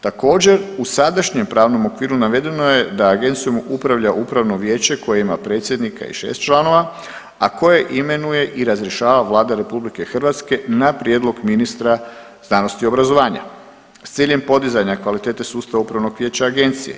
Također u sadašnjem pravnom okviru navedeno je da agencijom upravlja upravno vijeće koje ima predsjednika i 6 članova, a koje imenuje i razrješava Vlada RH na prijedlog ministra znanosti i obrazovanja s ciljem podizanja kvalitete sustava upravnog vijeća agencije.